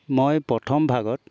মই প্ৰথম ভাগত